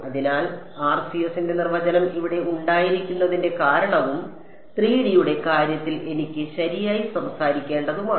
അതിനാൽ RCS ന്റെ നിർവ്വചനം ഇവിടെ ഉണ്ടായിരിക്കുന്നതിന്റെ കാരണവും 3 D യുടെ കാര്യത്തിൽ എനിക്ക് ശരിയായി സംസാരിക്കേണ്ടതുമാണ്